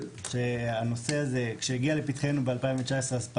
כשהנושא הזה הגיע לפתחנו ב-2019 אז פעלנו,